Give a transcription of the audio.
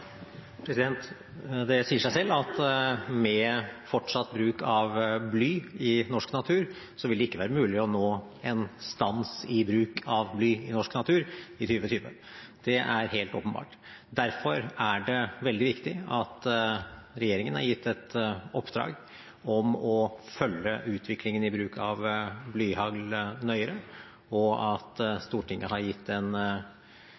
Det sier seg selv at med fortsatt bruk av bly i norsk natur vil det ikke være mulig å oppnå stans i bruken av bly i norsk natur i 2020. Det er helt åpenbart. Derfor er det veldig viktig at regjeringen har gitt et oppdrag om å følge utviklingen i bruk av blyhagl nøye, og at Stortinget har gitt en